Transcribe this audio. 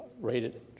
rated